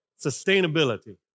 Sustainability